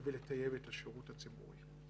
ולטייב את השירות הציבורי.